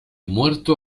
muerto